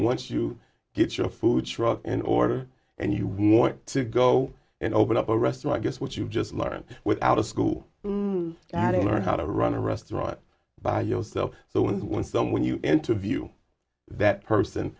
once you get your food truck in order and you want to go and open up a restaurant guess what you've just learned without a school adding learn how to run a restaurant by yourself so when someone you interview that person